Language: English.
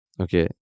Okay